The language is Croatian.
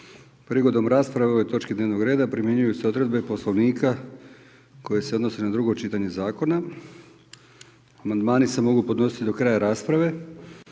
Prigodom rasprave o ovoj točci dnevnog reda, primjenjuju se obveze poslovnika koje se odnose na drugo čitanje zakona. Amandman se mogu podnositi do kraja rasprave,